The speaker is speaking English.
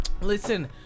listen